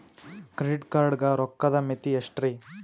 Credit card ಗ ರೋಕ್ಕದ್ ಮಿತಿ ಎಷ್ಟ್ರಿ?